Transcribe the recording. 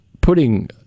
putting